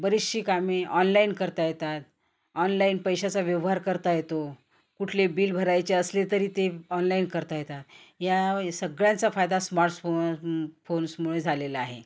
बरीचशी कामे ऑनलाईन करता येतात ऑनलाईन पैशाचा व्यवहार करता येतो कुठले बिल भरायचे असले तरी ते ऑनलाईन करता येतात या सगळ्यांचा फायदा स्मार्ट्सफोन फोन्समुळे झालेला आहे